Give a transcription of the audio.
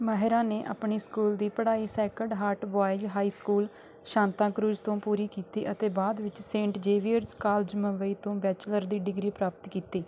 ਮਹਿਰਾ ਨੇ ਆਪਣੀ ਸਕੂਲ ਦੀ ਪੜ੍ਹਾਈ sacred heart boys high school Santacruz ਤੋਂ ਪੂਰੀ ਕੀਤੀ ਅਤੇ ਬਾਅਦ ਵਿੱਚ ਸੇਂਟ ਜ਼ੇਵੀਅਰਜ਼ ਕਾਲਜ ਮੁੰਬਈ ਤੋਂ ਬੈਚਲਰ ਦੀ ਡਿਗਰੀ ਪ੍ਰਾਪਤ ਕੀਤੀ